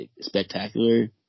spectacular